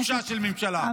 בושה של ממשלה.